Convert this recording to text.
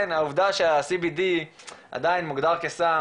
העובדה שה-CBD עדיין מוגדר כסם,